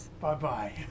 Bye-bye